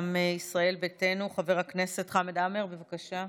מטעם ישראל ביתנו, חבר הכנסת חמד עמאר, בבקשה.